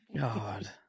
God